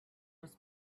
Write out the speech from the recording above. was